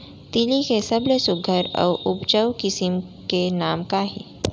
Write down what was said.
तिलि के सबले सुघ्घर अऊ उपजाऊ किसिम के नाम का हे?